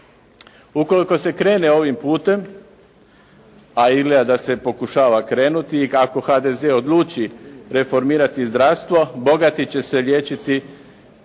Ukoliko se krene ovim putem, a izgleda da se pokušava krenuti, ako HDZ odluči reformirati zdravstvo, bogati će se liječiti